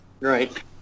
Right